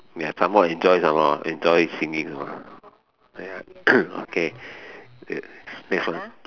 ya some more I enjoy some more enjoy singing you know ya okay next one